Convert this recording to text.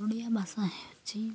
ଓଡ଼ିଆ ଭାଷା ହେଉଛିି